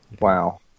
wow